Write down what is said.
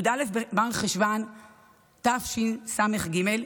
י"א במרחשוון תשס"ג,